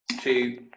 two